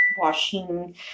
washing